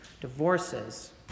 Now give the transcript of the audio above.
divorces